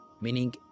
Meaning